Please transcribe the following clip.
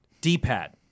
D-pad